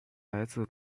来自